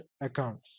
accounts